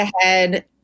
ahead